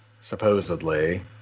supposedly